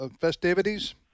festivities